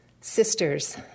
Sisters